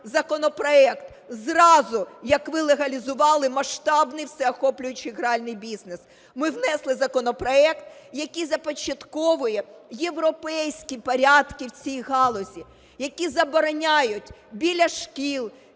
законопроект зразу, як ви легалізували масштабний всеохоплюючий гральний бізнес. Ми внесли законопроект, який започатковує європейські порядки в цій галузі, які забороняють біля шкіл,